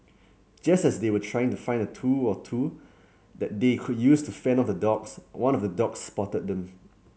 just as they were trying to find a tool or two that they could use to fend off the dogs one of the dogs spotted them